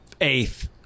eighth